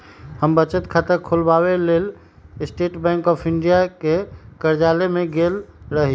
हम बचत खता ख़ोलबाबेके लेल स्टेट बैंक ऑफ इंडिया के कर्जालय में गेल रही